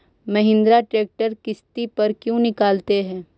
Mahindra tractor किसति पर क्यों निकालते हैं?